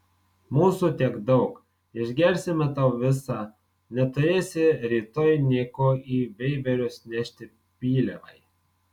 mūsų tiek daug išgersime tau visą neturėsi rytoj nė ko į veiverius nešti pyliavai